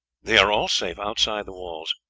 they are all safe outside the walls.